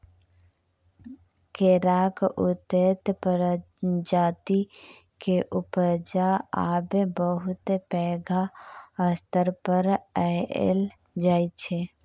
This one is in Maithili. केराक उन्नत प्रजाति केर उपजा आब बहुत पैघ स्तर पर कएल जाइ छै